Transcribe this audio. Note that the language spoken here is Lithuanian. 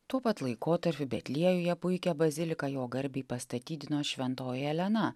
tuo pat laikotarpiu betliejuje puikią baziliką jo garbei pastatydino šventoji elena